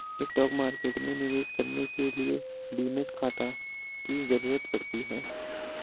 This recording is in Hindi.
स्टॉक मार्केट में निवेश करने के लिए डीमैट खाता की जरुरत पड़ती है